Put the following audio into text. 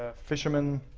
ah fishermen,